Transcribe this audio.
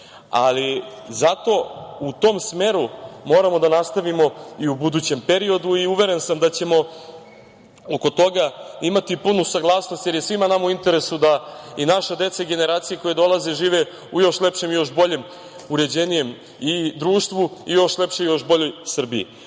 našli. Zato, u tom smeru moramo da nastavimo i u budućem periodu i uveren sam da ćemo oko toga imati punu saglasnost jer je svima nama u interesu da i naša deca i generacije koje dolaze žive u još lepšem i još boljem, uređenijem i društvu i još lepšoj i još boljoj Srbiji. Ovo